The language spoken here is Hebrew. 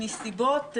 מסיבות,